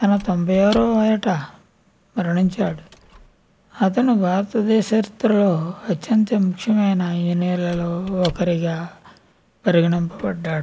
తన తొంబై ఆరవ ఏటా మరణించాడు అతను భారతదేశ చరిత్రలో అత్యంత ముఖ్యమైన ఈ నెలలో ఒకరిగా పరిగణింపబడ్డాడు